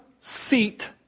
seat